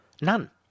None